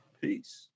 Peace